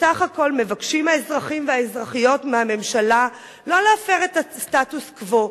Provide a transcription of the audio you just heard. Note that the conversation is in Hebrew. בסך הכול מבקשים האזרחים והאזרחיות מהממשלה לא להפר את הסטטוס-קוו,